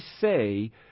say